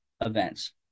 events